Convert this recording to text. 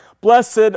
Blessed